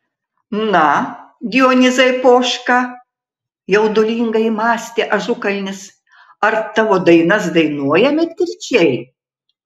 na dionizai poška jaudulingai mąstė ažukalnis ar tavo dainas dainuoja medkirčiai